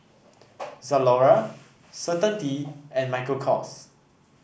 Zalora Certainty and Michael Kors